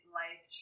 life